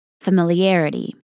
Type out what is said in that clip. familiarity